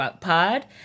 Pod